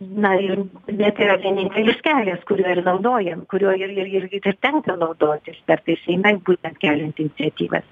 na ir na tai yra vienintelis kelias kuriuo ir naudojam kuriuo ir ir ir ir ir tenka naudotis kartais ir mes būtent keliant iniciatyvas